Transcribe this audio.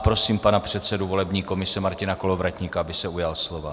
Prosím pana předsedu volební komise Martina Kolovratníka, aby se ujal slova.